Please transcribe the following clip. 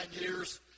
years